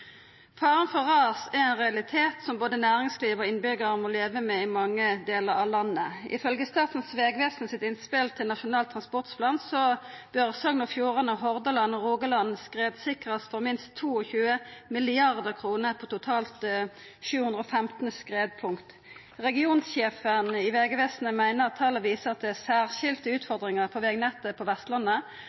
Faren for ras er ein realitet som både næringsliv og innbyggjarar må leva med i mange delar av landet. Ifølgje Statens vegvesen sitt innspel til Nasjonal transportplan bør Sogn og Fjordane, Hordaland og Rogaland skredsikrast for minst 22 mrd. kr på totalt 715 skredpunkt. Regionssjefen i Vegvesenet meiner talet viser at det er særskilte utfordringar på vegnettet på Vestlandet,